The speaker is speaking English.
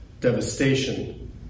devastation